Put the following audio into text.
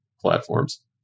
platforms